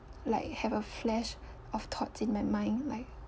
like have a flash of thoughts in my mind like